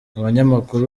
abanyamakuru